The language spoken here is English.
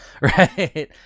right